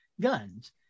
guns